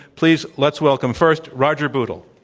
please, let's welcome first roger bootle.